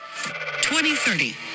2030